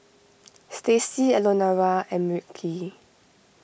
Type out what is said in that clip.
Stacie Elenora and Wilkie